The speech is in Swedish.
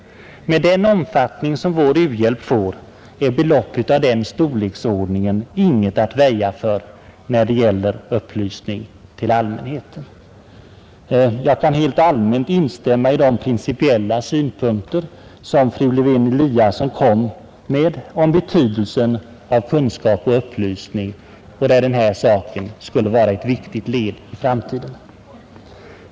Med den omfattning vår u-hjälp får är belopp av den storleksordningen inget att väja för när det gäller upplysning till allmänheten. Jag kan helt allmänt instämma i de principiella synpunkter som fru Lewén-Eliasson framförde om betydelsen av kunskap och upplysning. Till detta skulle kampanjen vara ett viktigt bidrag i framtiden.